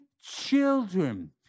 children